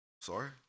Sorry